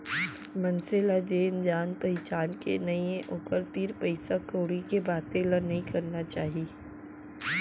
मनसे ल जेन जान पहिचान के नइये ओकर तीर पइसा कउड़ी के बाते ल नइ करना चाही